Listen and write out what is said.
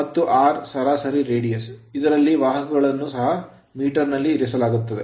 ಮತ್ತು r ಸರಾಸರಿ radius ತ್ರಿಜ್ಯ ಇದರಲ್ಲಿ ವಾಹಕಗಳನ್ನು ಸಹ meterನಲ್ಲಿ ಇರಿಸಲಾಗುತ್ತದೆ